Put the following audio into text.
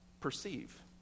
perceive